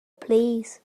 plîs